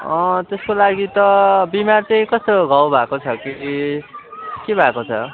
अँ त्यसको लागि त बिमार चाहिँ कस्तो घाउ भएको छ कि के भएको छ